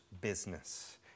business